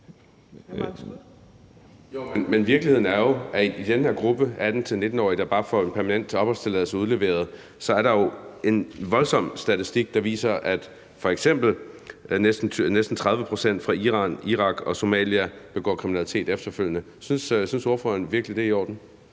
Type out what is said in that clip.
Men virkeligheden er jo, at for den her gruppe, de 18-19-årige, der bare får en permanent opholdstilladelse udleveret, er der jo en voldsom statistik, der viser, at f.eks. næsten 30 pct. fra Iran, Irak og Somalia begår kriminalitet efterfølgende. Synes ordføreren virkelig, det er i orden?